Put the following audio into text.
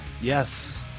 yes